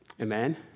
Amen